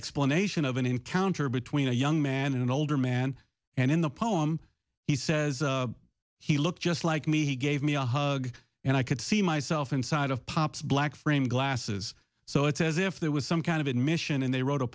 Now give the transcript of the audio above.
explanation of an encounter between a young man and an older man and in the poem he says he looked just like me he gave me a hug and i could see myself inside of pop's black framed glasses so it's as if there was some kind of admission and they wrote a